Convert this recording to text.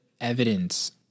evidence